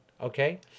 Okay